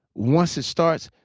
once it starts,